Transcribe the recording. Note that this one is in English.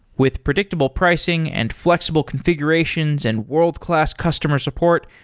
with predictable pricing and flexible configurations and world-class customer support,